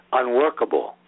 unworkable